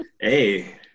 Hey